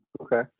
okay